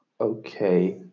okay